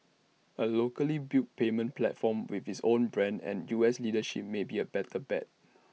A locally built payments platform with its own brand and U S leadership may be A better bet